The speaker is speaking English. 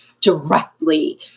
directly